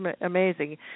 amazing